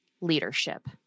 leadership